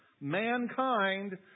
mankind